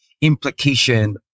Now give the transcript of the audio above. implication